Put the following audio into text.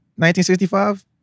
1965